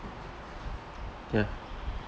yeah